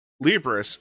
Libris